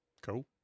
Cool